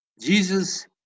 Jesus